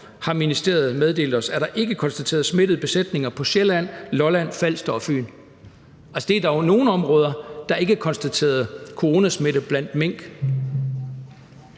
har ministeriet meddelt os – ikke konstateret smittede besætninger på Sjælland, Lolland, Falster og Fyn. Altså, det er dog nogle områder, hvor der ikke er konstateret coronasmitte blandt mink.